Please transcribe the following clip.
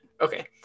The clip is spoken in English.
Okay